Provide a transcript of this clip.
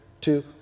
two